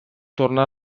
tornar